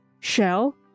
Shell